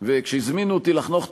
וזה יעזור והם לא יעשו פיגועים יותר.